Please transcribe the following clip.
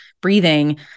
breathing